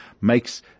makes